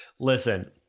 Listen